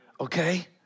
Okay